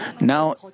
now